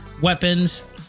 weapons